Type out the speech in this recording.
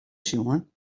sjoen